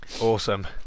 Awesome